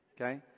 Okay